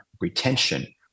retention